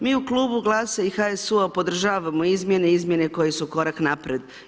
Mi u Klubu GLAS-a i HSU-a podržavamo izmjene i izmjene koje su korak naprijed.